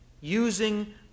using